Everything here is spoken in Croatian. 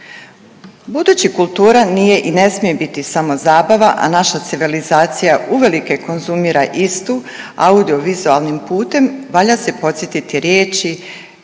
Budući kultura nije i ne smije biti samo zabava, a naša civilizacija uvelike konzumira istu audiovizualnim putem, valja se podsjetiti riječi